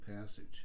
passage